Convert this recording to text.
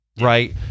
Right